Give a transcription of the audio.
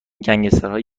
گنسگترهای